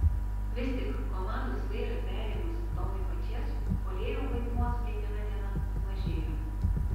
vis tik komandos vairą perėmus tomui pačėsui puolėjo vaidmuo su kiekviena diena mažėjo